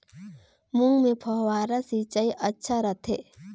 मूंग मे फव्वारा सिंचाई अच्छा रथे?